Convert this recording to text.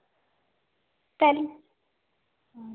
तैह्लू